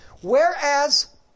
Whereas